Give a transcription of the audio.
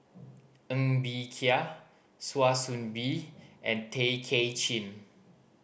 Ng Bee Kia Kwa Soon Bee and Tay Kay Chin